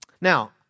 now